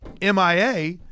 mia